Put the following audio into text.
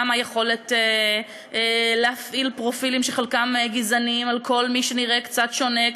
גם על היכולת להפעיל פרופילים שחלקם גזעניים על כל מי שנראה קצת שונה,